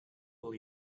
will